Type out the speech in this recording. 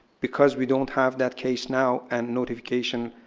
because we don't have that case now and notification